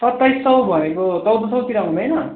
सत्ताइस सय भनेको चौध सयतिर हुँदैन